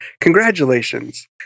congratulations